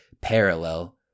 parallel